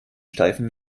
steifen